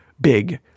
big